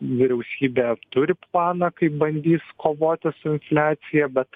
vyriausybė turi planą kaip bandys kovoti su infliacija bet